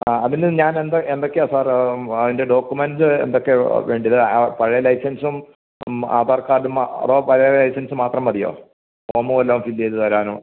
ആ അതിലൽ ഞാൻ എന്ത് എന്തൊക്കെയാണ് സാറേ അതിൻ്റെ ഡോക്കുമെൻറ്റ് എന്തൊക്കെയാണ് വേണ്ടിയത് പഴയ ലൈസൻസും ആധാർ കാർഡും അതോ പഴയ ലൈസൻസ് മാത്രം മതിയോ ഫോമുവെല്ലാം ഫില്ല ചെയ്ത് തരാനോ